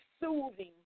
soothing